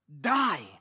die